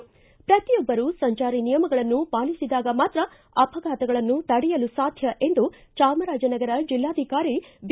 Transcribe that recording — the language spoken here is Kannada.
ಪ್ರತಿಯೊಬ್ಬರು ಸಂಚಾರಿ ನಿಯಮಗಳನ್ನು ಪಾಲಿಸಿದಾಗ ಮಾತ್ರ ಅಪಘಾತಗಳನ್ನು ತಡೆಯಲು ಸಾಧ್ಯ ಎಂದು ಚಾಮರಾಜನಗರ ಜಿಲ್ಲಾಧಿಕಾರಿ ಬಿ